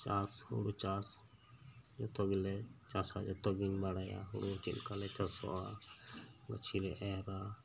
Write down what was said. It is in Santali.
ᱪᱟᱥ ᱦᱩᱲᱩ ᱪᱟᱥ ᱡᱚᱛᱚᱜᱮᱞᱮ ᱪᱟᱥᱟ ᱡᱚᱛᱚᱜᱤᱧ ᱵᱟᱲᱟᱭᱟ ᱦᱩᱲᱩ ᱪᱮᱫᱞᱮᱠᱟᱞᱮ ᱪᱟᱥᱚᱜᱼᱟ ᱜᱟᱹᱪᱷᱤᱞᱮ ᱮᱨᱟ